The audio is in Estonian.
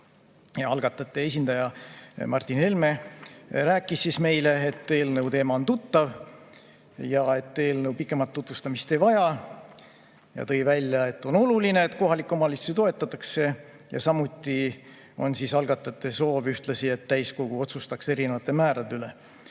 Algatajate esindaja Martin Helme rääkis meile, et eelnõu teema on tuttav ja et eelnõu pikemat tutvustamist ei vaja. Ta tõi välja, et on oluline, et kohalikke omavalitsusi toetatakse. Samuti on algatajate soov, et täiskogu otsustaks erinevate määrade üle.